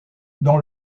dans